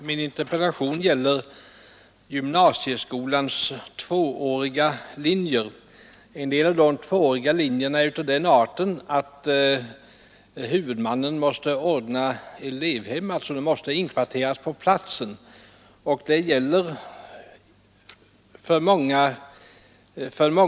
Herr talman! Riksdagen beslöt den 15 maj i år att uttala följande: ”Inga beslut att bygga ut kärnkraften ytterligare bör fattas förrän ett nytt, allsidigt beslutsunderlag, innefattande bl.a. information om forskningsresultat och utvecklingstendenser, har förelagts riksdagen.” (Näringsutskottets betänkande nr 49 år 1973 s.